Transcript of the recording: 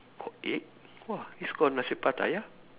eh !wah! it's called Nasi Pattaya